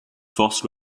forces